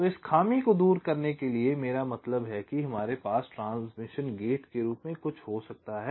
तो इस खामी को दूर करने के लिए मेरा मतलब है कि हमारे पास ट्रांसमिशन गेट के रूप में कुछ हो सकता है